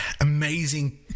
amazing